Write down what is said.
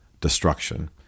destruction